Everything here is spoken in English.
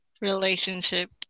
relationship